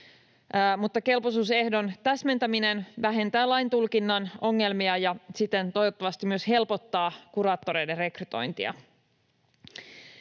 kelpoisuusehdon täsmentäminen vähentää laintulkinnan ongelmia ja siten toivottavasti myös helpottaa kuraattoreiden rekrytointia.